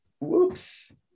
whoops